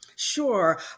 Sure